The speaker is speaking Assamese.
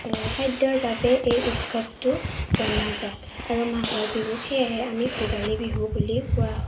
খাদ্যৰ বাবে এই উৎসৱটো জনাজাত আৰু মাঘৰ বিহুক সেয়েহে আমি ভোগালী বিহু বুলিও কোৱা হয়